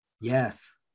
Yes